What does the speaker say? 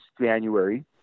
January